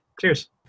Cheers